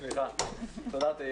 (הצגת מצגת)